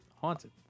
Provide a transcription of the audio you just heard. Haunted